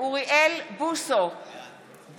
אוריאל בוסו, בעד